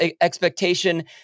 expectation